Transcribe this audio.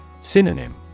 Synonym